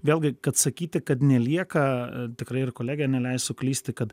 vėlgi kad sakyti kad nelieka tikrai ir kolegė neleis suklysti kad